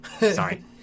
sorry